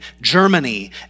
Germany